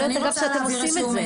יכול להיות אגב שאתם עושים את זה.